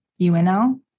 UNL